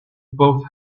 both